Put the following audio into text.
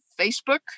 Facebook